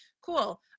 cool